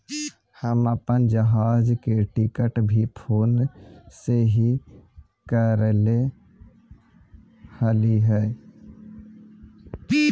हम अपन जहाज के टिकट भी फोन से ही करैले हलीअइ